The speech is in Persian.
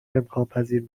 امکانپذیر